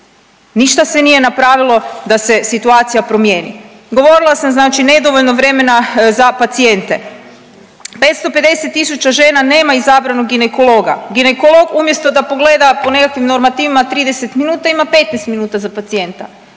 ništa se nije napravilo da se situacija promijeni. Govorila sam znači nedovoljno vremena za pacijente, 550.000 žena nema izabranog ginekologa, ginekolog umjesto da pogleda po nekakvim normativima 30 minuta ima 15 minuta za pacijenta,